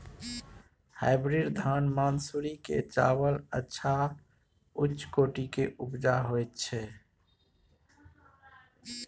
Hybrid धान मानसुरी के चावल अच्छा उच्च कोटि के उपजा होय छै?